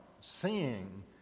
seeing